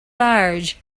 large